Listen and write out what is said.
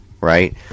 right